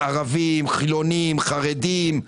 ערבים, חילונים, חרדים,